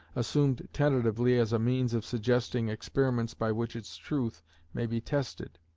assumed tentatively as a means of suggesting experiments by which its truth may be tested.